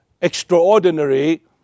extraordinary